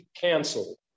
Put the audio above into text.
canceled